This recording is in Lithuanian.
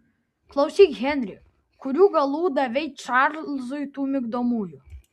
klausyk henri kurių galų davei čarlzui tų migdomųjų